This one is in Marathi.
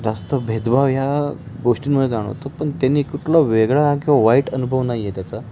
जास्त भेदभाव ह्या गोष्टींमुळे जाणवतो पण त्यांनी कुठला वेगळा किंवा वाईट अनुभव नाही आहे त्याचा